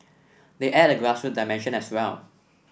they add a grassroots dimension as well